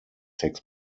takes